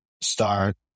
start